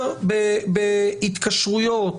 בהתקשרויות,